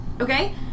okay